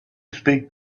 speak